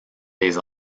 les